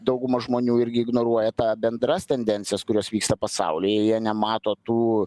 dauguma žmonių irgi ignoruoja tą bendras tendencijas kurios vyksta pasauly jie nemato tų